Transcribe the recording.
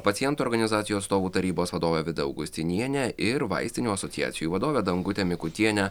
pacientų organizacijų atstovų tarybos vadovė vida augustinienė ir vaistinių asociacijų vadovė dangutė mikutienė